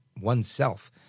oneself